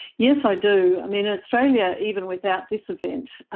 yes, i do. i mean, australia, even without this event,